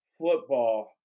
football